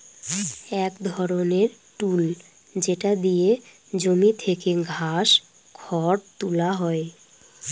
এক ধরনের টুল যেটা দিয়ে জমি থেকে ঘাস, খড় তুলা হয়